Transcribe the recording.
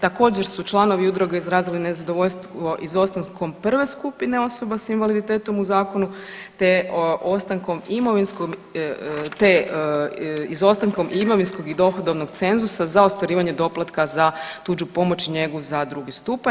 Također, su članovi udruge izrazili nezadovoljstvo izostankom 1. skupine osoba s invaliditetom u zakonu te ostankom imovinskog, te izostankom imovinskog i dohodovnog cenzusa za ostvarivanje doplatka za tuđu pomoć i njegu za drugi stupanj.